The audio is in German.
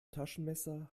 taschenmesser